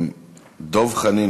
דב חנין,